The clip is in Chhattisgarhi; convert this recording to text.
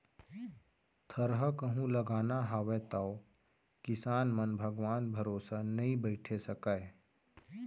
थरहा कहूं लगाना हावय तौ किसान मन भगवान भरोसा नइ बइठे सकयँ